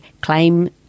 claim